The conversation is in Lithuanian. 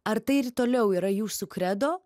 ar tai ir toliau yra jūsų kredo